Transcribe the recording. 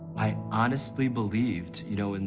i honestly believed, you know, and